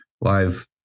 Live